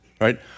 right